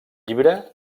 llibre